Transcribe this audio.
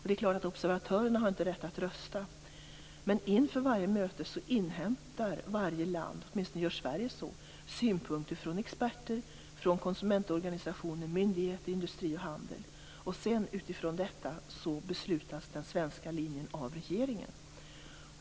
Det är klart att observatörerna inte har rätt att rösta, men varje land inhämtar inför varje möte - åtminstone gör Sverige så - synpunkter från experter, konsumentorganisationer, myndigheter, industri och handel. Utifrån detta beslutas den svenska linjen av regeringen.